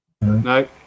No